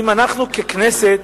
אם אנחנו ככנסת